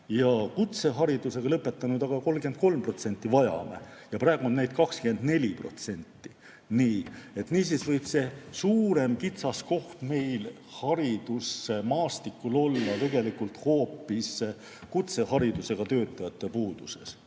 ja kutseharidusega lõpetanuid vajame 33% ja praegu on neid 24%. Niisiis võib see suurem kitsaskoht meil haridusmaastikul olla tegelikult hoopis kutseharidusega töötajate puudus.